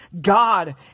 God